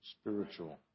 spiritual